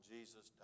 Jesus